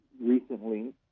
recently